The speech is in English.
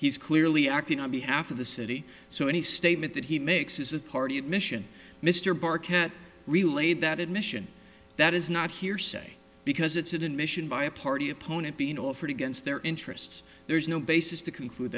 he's clearly acting on behalf of the city so any statement that he makes is a party admission mr barker relayed that admission that is not hearsay because it's an admission by a party opponent being offered against their interests there's no basis to conclude